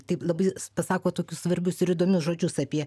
taip labai pasako tokius svarbius ir įdomius žodžius apie